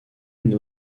une